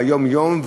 ביום-יום,